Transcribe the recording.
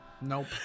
Nope